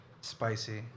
Spicy